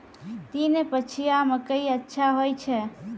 तीन पछिया मकई अच्छा होय छै?